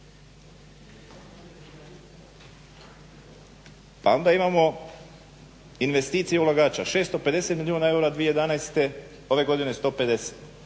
Pa onda imamo investicije ulagača 650 milijuna eura 2011.,ove godine 150.